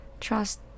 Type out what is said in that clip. trust